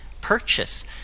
Purchase